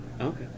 Okay